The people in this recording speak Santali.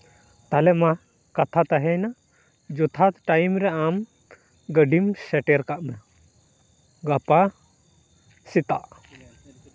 ᱛᱟᱦᱞᱮ ᱢᱟ ᱠᱟᱛᱷᱟ ᱛᱟᱦᱮᱸᱭᱮᱱᱟ ᱡᱚᱛᱷᱟᱛ ᱴᱟᱭᱤᱢ ᱨᱮ ᱟᱢ ᱜᱟᱹᱰᱤᱢ ᱥᱮᱴᱮᱨ ᱠᱟᱜ ᱢᱮ ᱜᱟᱯᱟ ᱥᱮᱛᱟᱜ